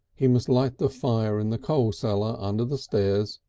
he must light the fire in the coal cellar under the stairs,